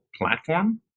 platform